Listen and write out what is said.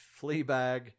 Fleabag